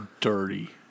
dirty